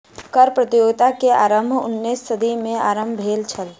कर प्रतियोगिता के आरम्भ उन्नैसम सदी में आरम्भ भेल छल